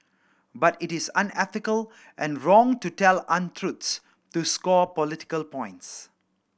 but it is unethical and wrong to tell untruths to score political points